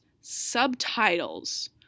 Subtitles